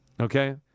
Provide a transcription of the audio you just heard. okay